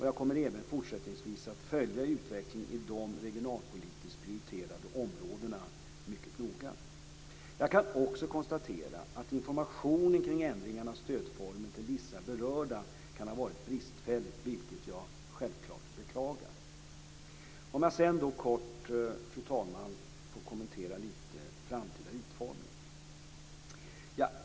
Jag kommer även fortsättningsvis att följa utvecklingen i de regionalpolitiskt prioriterade områdena mycket noga. Jag kan också konstatera att informationen kring ändringarna i stödformer till vissa berörda kan ha varit bristfällig, vilket jag självfallet beklagar. Fru talman! Låt mig sedan kort kommentera den framtida utformningen.